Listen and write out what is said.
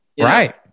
right